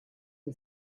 for